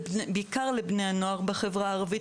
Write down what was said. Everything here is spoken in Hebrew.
בעיקר לבני הנוער בחברה הערבית.